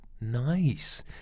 Nice